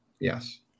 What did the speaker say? Yes